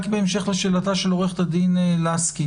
בהמשך לשאלת עו"ד לסקי